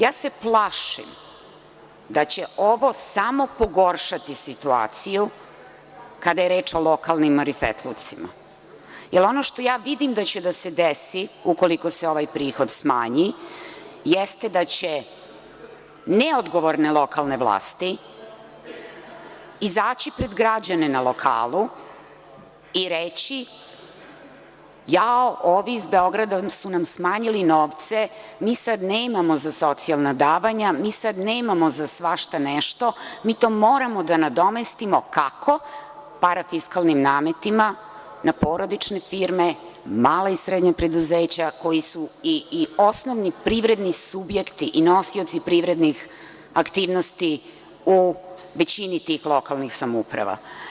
Ja se plašim da će ovo samo pogoršati situaciju kada je reč o lokalnim marifetlucima, jer ono što ja vidim da će da se desi ukoliko se ovaj prihod smanji, jeste da će neodgovorne lokalne vlasti izaći pred građane na lokalu i reći – jao, ovi iz Beograda su nam smanjili novce, mi sad nemamo za socijalna davanja, mi sada nemamo za svašta nešto, mi moramo to da nadomestimo, kako, parafiskalnim nametima na porodične firme, mala i srednja preduzeća koja su i osnovni i privredni subjekti i nosioci privrednih aktivnosti u većini tih lokalnih samouprava.